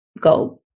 go